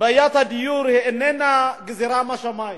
בעיית הדיור איננה גזירה משמים.